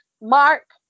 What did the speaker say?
Mark